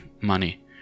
money